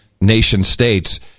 nation-states